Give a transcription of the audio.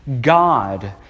God